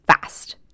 fast